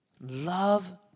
Love